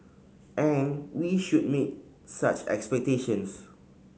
and we should meet such expectations